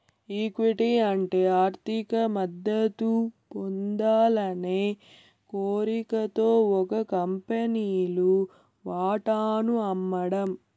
equity అంటే ఆర్థిక మద్దతు పొందాలనే కోరికతో ఒక కంపెనీలు వాటాను అమ్మడం